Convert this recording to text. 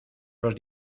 los